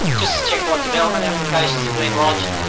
just to check what development applications have been lodged.